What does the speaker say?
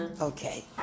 Okay